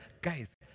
guys